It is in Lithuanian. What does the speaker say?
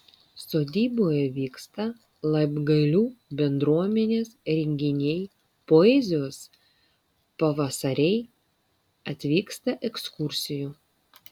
sodyboje vyksta laibgalių bendruomenės renginiai poezijos pavasariai atvyksta ekskursijų